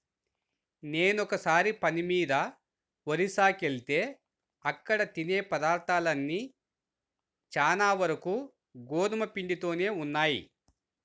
నేనొకసారి పని మీద ఒరిస్సాకెళ్తే అక్కడ తినే పదార్థాలన్నీ చానా వరకు గోధుమ పిండితోనే ఉన్నయ్